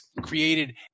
created